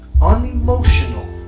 unemotional